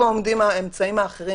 איפה עומדים האמצעים האחרים